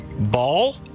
Ball